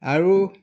আৰু